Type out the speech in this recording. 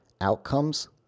Outcomes